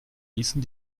ließen